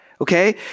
Okay